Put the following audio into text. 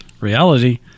Reality